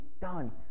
done